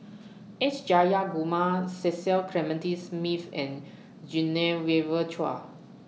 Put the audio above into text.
S Jayakumar Cecil Clementi Smith and Genevieve Chua